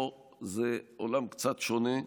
פה זה עולם קצת שונה,